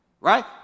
Right